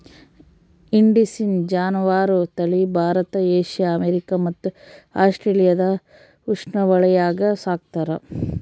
indicine ಜಾನುವಾರು ತಳಿ Bharat Asia America ಮತ್ತು ಆಸ್ಟ್ರೇಲಿಯಾದ ಉಷ್ಣವಲಯಾಗ ಸಾಕ್ತಾರ